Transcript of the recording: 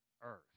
earth